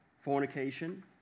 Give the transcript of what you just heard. fornication